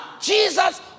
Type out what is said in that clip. Jesus